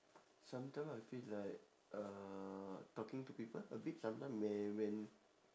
sometime I feel like uh talking to people a bit sometime may when